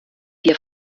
wir